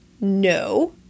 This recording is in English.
No